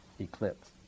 eclipse